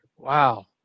Wow